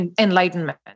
enlightenment